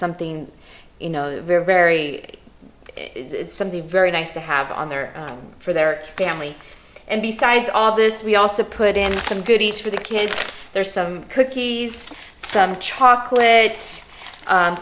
something you know very very something very nice to have on their own for their family and besides all this we also put in some goodies for the kids there's some cookies chocolate